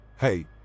hey